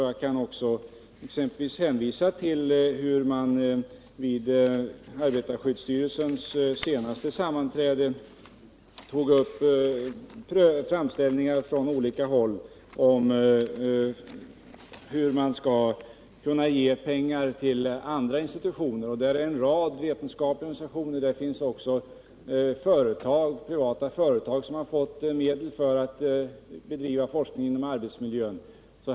Jag kan också hänvisa till att man vid arbetarskyddsstyrelsens senaste sammanträde tog upp framställningar från olika håll om pengar till andra institutioner, däribland en rad vetenskapliga organisationer; där finns också privata företag som fått medel för att bedriva forskning på arbetsmiljöområdet.